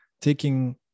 taking